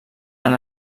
han